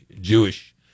jewish